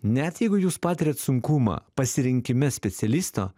net jeigu jūs patiriat sunkumą pasirinkime specialisto